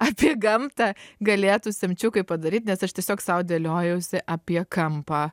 apie gamtą galėtų semčiukai padaryt nes aš tiesiog sau dėliojausi apie kampą